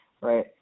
right